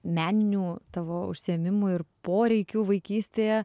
meninių tavo užsiėmimų ir poreikių vaikystėje